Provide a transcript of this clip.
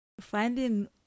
Finding